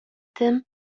tym